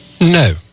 no